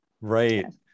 Right